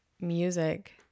music